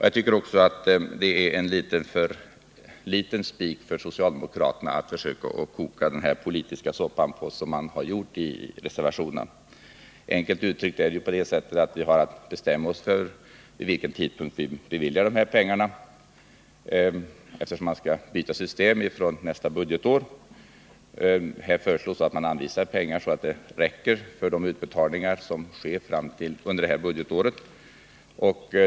Jag tycker också att det är en litet för klen spik för socialdemokraterna att försöka koka den politiska soppa på som man har gjort i reservationerna. Enkelt uttryckt har vi att bestämma oss för vid vilken tidpunkt vi skall bevilja de här medlen, eftersom vi skall byta system från nästa budgetår. Här föreslås att tiliräckligt med pengar skall anvisas för att räcka för utbetalningarna under det här budgetåret.